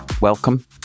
Welcome